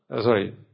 Sorry